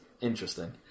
interesting